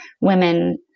women